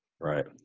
right